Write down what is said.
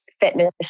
fitness